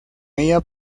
ella